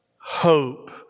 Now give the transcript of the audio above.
Hope